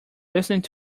listening